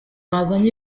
bazana